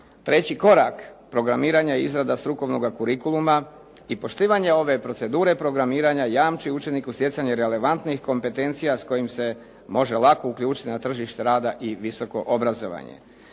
Teći korak, programiranja i izrada strukovnoga kurikuluma i poštivanja ove procedure programiranja jamči učeniku stjecanje relevantnih kompetencija s kojim se m ože lako uključiti na tržište rada i visoko obrazovanje.